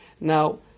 Now